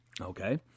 Okay